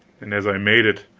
and as i made it